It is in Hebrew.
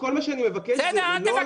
כל מה שאני מבקש -- אל תבקש.